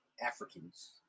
Africans